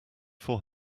four